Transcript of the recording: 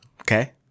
okay